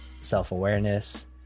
self-awareness